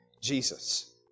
Jesus